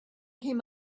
came